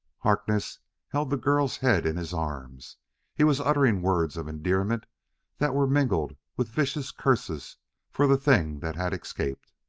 harkness held the girl's head in his arms he was uttering words of endearment that were mingled with vicious curses for the thing that had escaped.